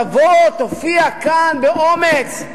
לא תבוא, תופיע כאן באומץ?